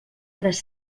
tres